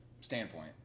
standpoint